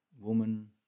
woman